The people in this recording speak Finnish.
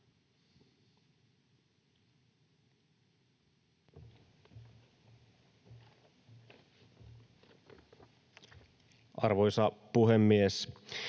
Arvoisa puhemies!